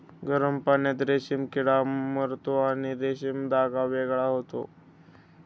गरम पाण्यात रेशीम किडा मरतो आणि रेशीम धागा वेगळा होतो